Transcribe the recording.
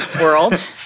world